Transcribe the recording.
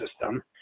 system